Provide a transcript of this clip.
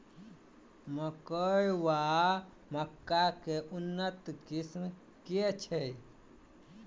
मकई वा मक्का केँ उन्नत किसिम केँ छैय?